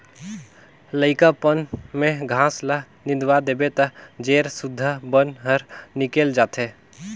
लइकापन में घास ल निंदवा देबे त जेर सुद्धा बन हर निकेल जाथे